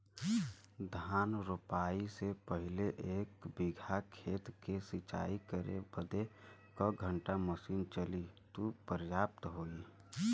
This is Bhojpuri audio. धान रोपाई से पहिले एक बिघा खेत के सिंचाई करे बदे क घंटा मशीन चली तू पर्याप्त होई?